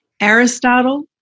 Aristotle